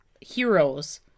heroes